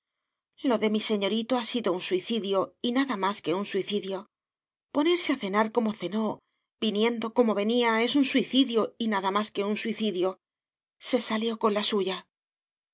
lo de mi señorito ha sido un suicidio y nada más que un suicidio ponerse a cenar como cenó viniendo como venía es un suicidio y nada más que un suicidio se salió con la suya